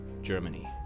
Germany